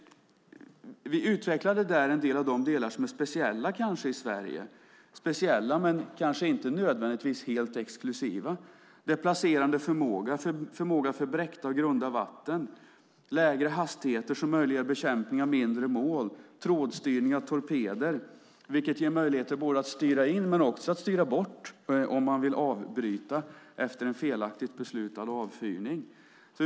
Vi utvecklade där en del av de delar som är speciella i Sverige, speciella men kanske inte nödvändigtvis helt exklusiva, till exempel placerande förmåga, förmåga i bräckta och grunda vatten, lägre hastigheter som möjliggör bekämpning av mindre mål och trålstyrning av torpeder, vilket ger möjligheter att styra in men också att styra bort om man vill avbryta efter ett felaktigt beslut om avfyrning.